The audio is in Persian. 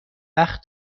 وقت